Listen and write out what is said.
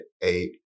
eight